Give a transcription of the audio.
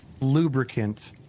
lubricant